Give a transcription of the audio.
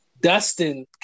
Dustin